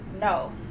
no